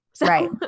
Right